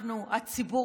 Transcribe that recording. אנחנו הציבור,